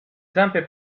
zampe